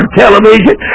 television